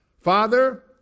Father